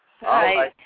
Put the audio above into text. Hi